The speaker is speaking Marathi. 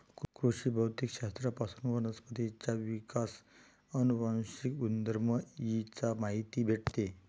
कृषी भौतिक शास्त्र पासून वनस्पतींचा विकास, अनुवांशिक गुणधर्म इ चा माहिती भेटते